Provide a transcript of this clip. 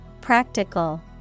Practical